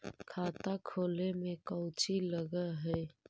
खाता खोले में कौचि लग है?